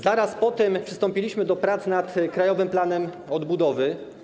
Zaraz po tym przystąpiliśmy do prac nad Krajowym Planem Odbudowy.